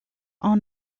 are